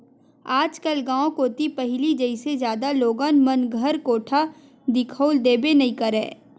आजकल गाँव कोती पहिली जइसे जादा लोगन मन घर कोठा दिखउल देबे नइ करय